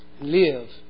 live